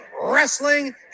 wrestling